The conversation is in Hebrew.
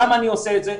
למה אני עושה את זה?